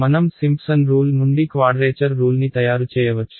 మనం Simpson rule నుండి quadrature రూల్ని తయారుచేయవచ్చు